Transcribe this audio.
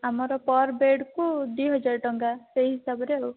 ଆମର ପର୍ ବେଡ଼୍କୁ ଦୁଇ ହଜାର ଟଙ୍କା ସେହି ହିସାବରେ ଆଉ